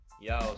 Yo